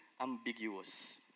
ambiguous